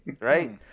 Right